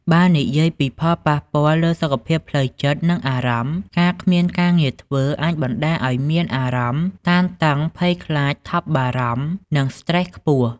បើនិយាយពីផលប៉ះពាល់លើសុខភាពផ្លូវចិត្ត និងអារម្មណ៍ ការគ្មានការងារធ្វើអាចបណ្ដាលឱ្យមានអារម្មណ៍តានតឹង ភ័យខ្លាច ថប់បារម្ភ និងស្ត្រេសខ្ពស់។